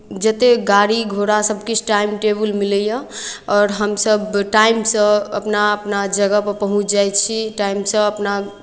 जतेक गाड़ी घोड़ा सभकिछु टाइम टेबुल मिलैए आओर हमसभ टाइमसँ अपना अपना जगहपर पहुँच जाइ छी टाइमसँ अपना